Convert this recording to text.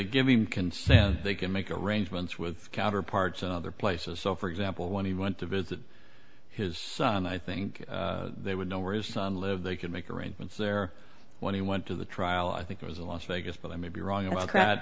give consent they can make arrangements with counterparts in other places so for example when he went to visit his son i think they would know where his son live they could make arrangements there when he went to the trial i think it was a las vegas but i may be wrong